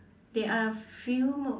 there are a few mo~